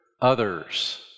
others